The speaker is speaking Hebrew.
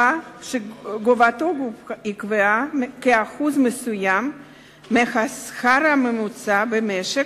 ייקבע כאחוז מסוים מהשכר הממוצע במשק,